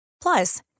Plus